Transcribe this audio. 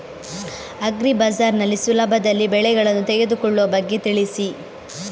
agri Bazaar ನಲ್ಲಿ ಸುಲಭದಲ್ಲಿ ಬೆಳೆಗಳನ್ನು ತೆಗೆದುಕೊಳ್ಳುವ ಬಗ್ಗೆ ತಿಳಿಸಿ